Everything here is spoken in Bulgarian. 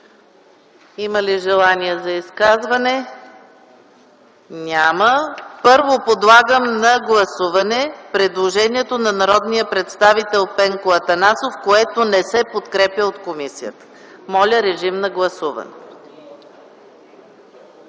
Има ли желание за изказване? Няма. Първо, гласувайте предложението от народния представител Пенко Атанасов, което не се подкрепя от комисията. Гласували